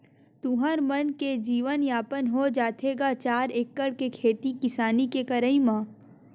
तुँहर मन के जीवन यापन हो जाथे गा चार एकड़ के खेती किसानी के करई म?